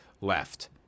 left